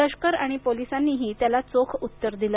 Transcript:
लष्कर आणि पोलीसांनीही त्याला चोख उत्तर दिलं